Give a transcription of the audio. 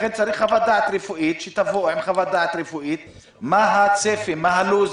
לכן צריך חוות דעת רפואית מה הצפי, מה הלו"ז